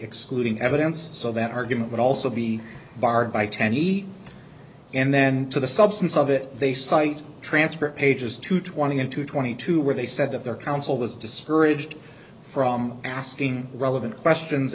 excluding evidence so that argument would also be barred by ten he and then to the substance of it they cite transcript pages to twenty one to twenty two where they said that their counsel was discouraged from asking relevant questions